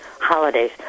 holidays